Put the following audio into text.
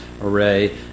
array